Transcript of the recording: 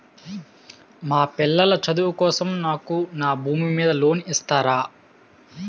మా పిల్లల చదువు కోసం నాకు నా భూమి మీద లోన్ ఇస్తారా?